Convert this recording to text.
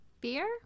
Beer